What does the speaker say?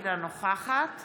אינה נוכחת